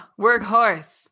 workhorse